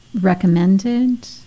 recommended